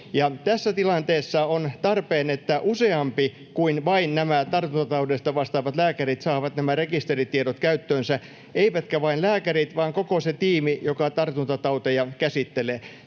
Tässä tilanteessa on tarpeen, että useampi kuin vain nämä tartuntataudeista vastaavat lääkärit saa nämä rekisteritiedot käyttöönsä, eivätkä vain lääkärit vaan koko se tiimi, joka tartuntatauteja käsittelee.